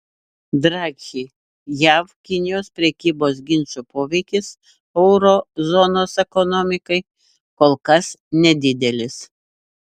draghi jav kinijos prekybos ginčo poveikis euro zonos ekonomikai kol kas nedidelis